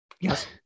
Yes